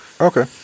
Okay